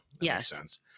Yes